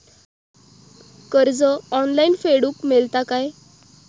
कर्ज ऑनलाइन फेडूक मेलता काय?